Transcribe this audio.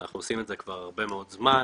אנחנו עושים את זה כבר הרבה מאוד זמן.